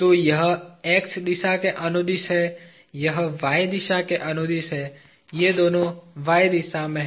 तो यह x दिशा के अनुदिश है यह y दिशा के अनुदिश है ये दोनों y दिशा में हैं